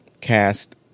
cast